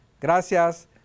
gracias